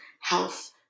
health